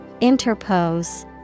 Interpose